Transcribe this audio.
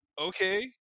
okay